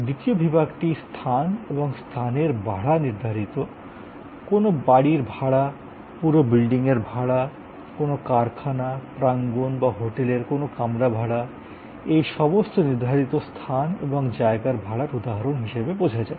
দ্বিতীয় বিভাগটি স্থান এবং স্থানের ভাড়া নির্ধারিত কোনও বাড়ির ভাড়া পুরো বিল্ডিংয়ের ভাড়া কোনও কারখানা প্রাঙ্গণ বা হোটেলের কোনো কামরা ভাড়া এই সমস্ত নির্ধারিত স্থান এবং জায়গার ভাড়ার উদাহরণ হিসাবে বোঝা যায়